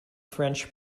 french